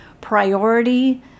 Priority